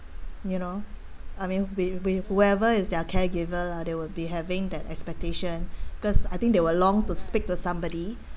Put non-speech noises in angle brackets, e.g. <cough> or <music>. you know I mean with with whoever is their caregiver lah they would be having that expectation <breath> because I think they will long to speak to somebody